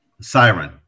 Siren